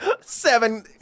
Seven